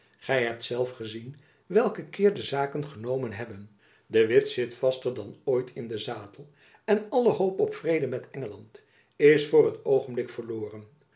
gy hebt zelf gezien welken keer de zaken genomen hebben de witt zit vaster dan ooit in den zadel en alle hoop op vrede met engeland is voor t oogenblik verloren